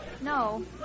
No